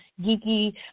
geeky